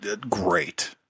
Great